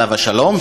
עליו השלום,